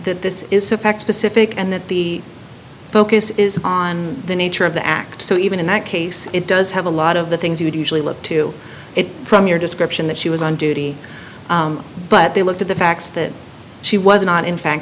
that this is a fact specific and that the focus is on the nature of the act so even in that case it does have a lot of the things you would usually look to it from your description that she was on duty but they looked at the fact that she was not in fact